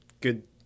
Good